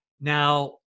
Now